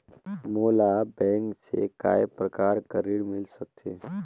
मोला बैंक से काय प्रकार कर ऋण मिल सकथे?